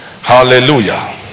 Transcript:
hallelujah